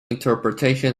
interpretation